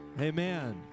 Amen